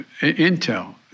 Intel